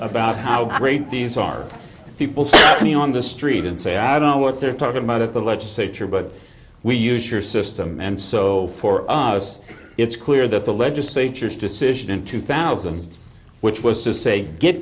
about how great these are people see me on the street and say i don't know what they're talking about at the legislature but we use your system and so for us it's clear that the legislature's decision in two thousand which was to say get